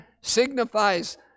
signifies